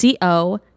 co